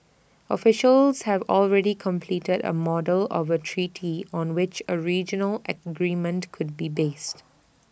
officials have already completed A model of A treaty on which A regional agreement could be based